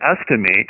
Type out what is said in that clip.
estimate